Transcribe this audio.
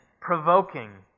provoking